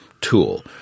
tool